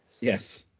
Yes